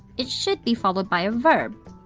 it should be followed by a verb.